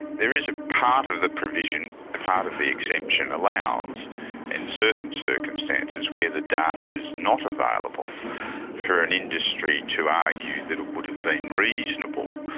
there is a part of the provision, a part of the exemption allows in certain circumstances where the data is not available for an industry to argue that it would have been reasonable,